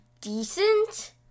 decent